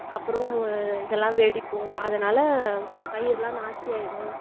அப்பறோம் இதெல்லாம் வெடிக்கும் அதனால் பயிரெலாம் நாஸ்தியாகிடும்